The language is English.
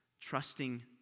trusting